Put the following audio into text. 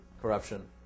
corruption